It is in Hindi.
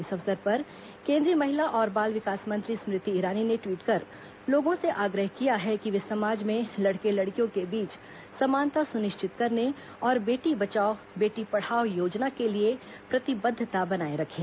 इस अवसर पर केंद्रीय महिला और बाल विकास मंत्री स्मृति ईरानी ने द्वीट कर लोगों से आग्रह किया है कि वे समाज में लड़के लड़कियों के बीच समानता सुनिश्चित करने और बेटी बचाओ बेटी पढ़ाओ योजना के लिए प्रतिबद्वता बनाये रखें